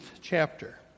chapter